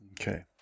Okay